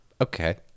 Okay